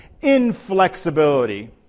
inflexibility